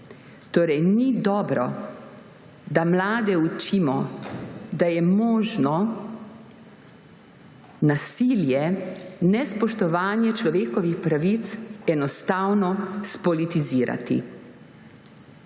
Torej ni dobro, da mlade učimo, da je možno nasilje, nespoštovanje človekovih pravic enostavno spolitizirati.